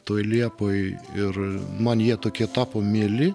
toj liepoj ir man jie tokie tapo mieli